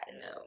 no